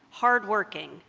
hard-working,